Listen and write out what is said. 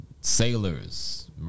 sailors